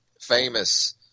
famous